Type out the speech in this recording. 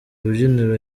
rubyiniro